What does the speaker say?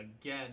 again